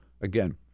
Again